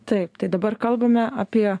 taip tai dabar kalbame apie